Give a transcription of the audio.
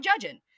judging